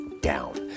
down